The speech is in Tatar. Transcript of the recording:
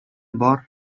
бар